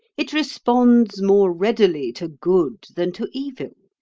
it responds more readily to good than to evil.